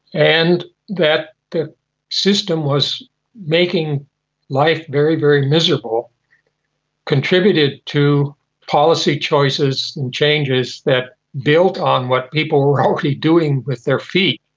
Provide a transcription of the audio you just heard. and that the system was making life very, very miserable contributed to policy choices and changes that builds on what people were already doing with their feet,